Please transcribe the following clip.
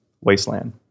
Wasteland